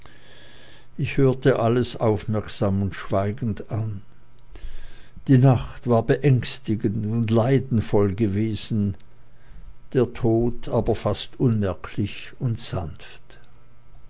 ich hörte alles aufmerksam und schweigend an die nacht war beängstigend und leidenvoll gewesen der tod selbst aber fast unmerklich und sanft